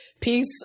peace